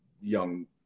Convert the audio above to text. young